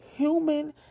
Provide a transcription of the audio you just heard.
Human